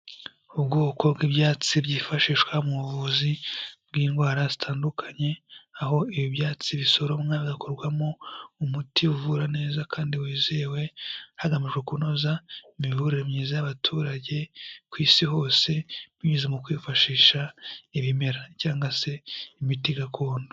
Ubwoko bw'ibyatsi byifashishwa mu buvuzi bw'indwara zitandukanye, aho ibi byatsi bisoromwa hagakorwamo umuti uvura neza kandi wizewe, hagamijwe kunoza imivurire myiza y'abaturage ku Isi hose binyuze mu kwifashisha ibimera cyangwa se imiti gakondo.